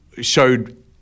showed